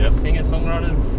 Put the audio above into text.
singer-songwriters